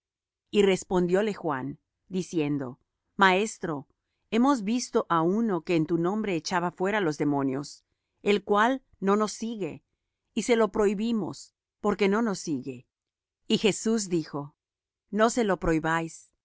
y respondióle juan diciendo maestro hemos visto á uno que en tu nombre echaba fuera los demonios el cual no nos sigue y se lo prohibimos porque no nos sigue y jesús dijo no se lo prohibáis